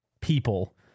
people